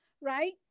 right